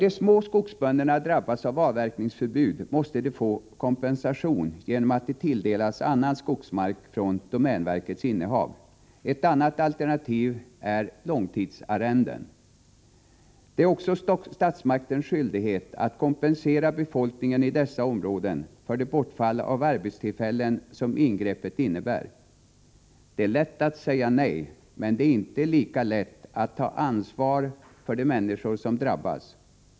De små skogsägare som drabbas av avverkningsförbud måste få kompensation genom att de tilldelas annan skogsmark från domänverkets innehav. Ett alternativ är långtidsarrenden. Det är också statsmaktens skyldighet att kompensera befolkningen i de fjällnära skogsområdena för det bortfall av arbetstillfällen som ingreppet innebär. Det är lätt att säga nej, men det är inte lika lätt att ta ansvar för de människor som drabbas.